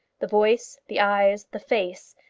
the voice, the eyes, the face,